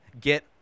get